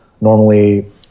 normally